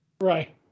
Right